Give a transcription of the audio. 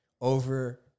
over